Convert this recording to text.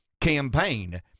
campaign